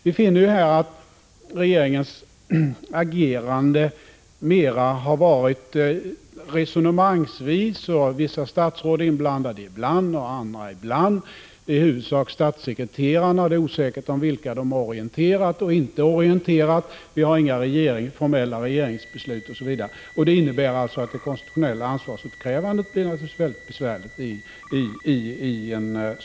Vi finner här att regeringen har agerat mera resonemangsvis. Vissa statsråd har varit inblandade ibland och vissa statsråd vid andra tillfällen. Det är i huvudsak statssekreterarna som har medverkat i processen, och det är osäkert vilka de har resp. inte har orienterat. Det har inte fattats några formella regeringsbeslut, osv. Detta innebär naturligtvis att det konstitutionella ansvarsutkrävandet blir besvärligt.